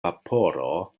vaporo